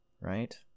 Right